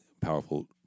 powerful